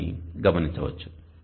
ఉందని గమనించవచ్చు